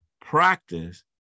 practice